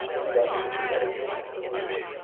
you don't need to sit there with your eyes closed,